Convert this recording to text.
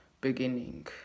beginning